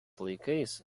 laikais